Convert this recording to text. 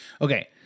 okay